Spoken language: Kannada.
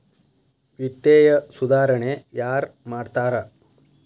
ವಿತ್ತೇಯ ಸುಧಾರಣೆ ಯಾರ್ ಮಾಡ್ತಾರಾ